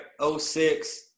06